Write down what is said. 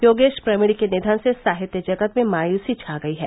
योगेश प्रवीण के निधन से साहित्य जगत में मायूसी छा गई है